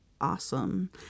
Awesome